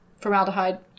formaldehyde